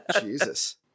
Jesus